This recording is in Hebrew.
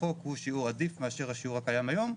החוק הוא שיעור עדיף מאשר השיעור הקיים היום.